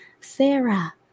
Sarah